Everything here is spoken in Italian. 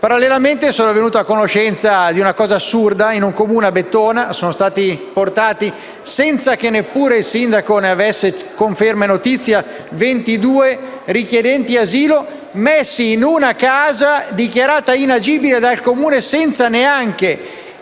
Parallelamente, sono venuto a conoscenza di una cosa assurda: nel Comune di Bettona sono stati portati, senza che neppure il sindaco ne avesse conferma e notizia, ventidue richiedenti asilo, messi in una casa dichiarata inagibile dal Comune, senza neanche